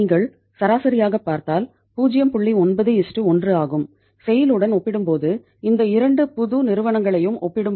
நீங்கள் சராசரியாக பார்த்தல் 0